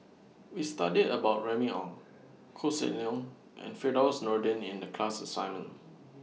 We studied about Remy Ong Koh Seng Leong and Firdaus Nordin in The class assignment